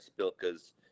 Spilka's